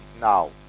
now